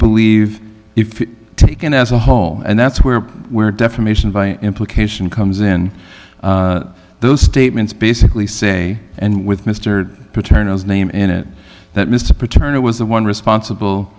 believe if taken as a whole and that's where we're defamation by implication comes in those statements basically say and with mr paternal name in it that mr paternal was the one responsible